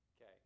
Okay